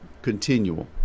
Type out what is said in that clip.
Continual